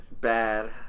bad